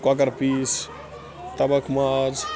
کۄکَر پیٖس تَبَکھ ماز